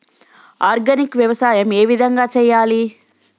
Organic వ్యవసాయం ఏ విధంగా చేయాలి?